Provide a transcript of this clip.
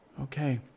Okay